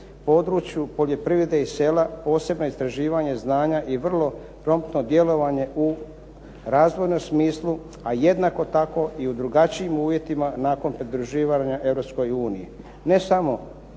području poljoprivrede i sela posebna istraživanja i znanja i vrlo promptno djelovanje u razvojnom smislu, a jednako tako i u drugačijim uvjetima nakon pridruživanja Europskoj